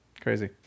Crazy